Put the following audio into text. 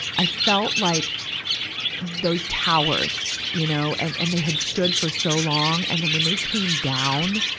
i felt like those towers, you know. and, and they had stood for so long. and then when they came down,